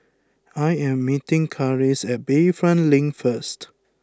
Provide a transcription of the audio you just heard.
I am meeting Karis at Bayfront Link first